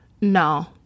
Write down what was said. no